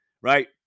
right